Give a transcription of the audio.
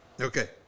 okay